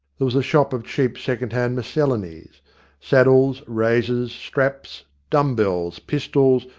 there was a shop of cheap second-hand miscellanies saddles, razors, straps, dumb bells, pistols,